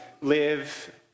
live